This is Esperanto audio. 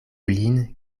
lin